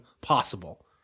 possible